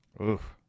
Oof